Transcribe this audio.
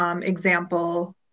example